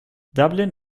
dublin